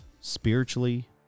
spiritually